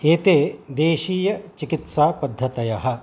एते देशीयचिकित्सापद्धतयः